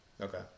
Okay